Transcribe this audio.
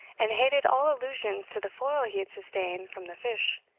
and hated all allusions to the foil he had sustained from the fish,